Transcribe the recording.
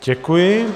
Děkuji.